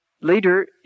later